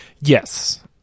Yes